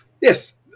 Yes